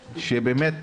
שבאמת,